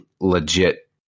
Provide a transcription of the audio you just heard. legit